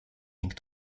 ning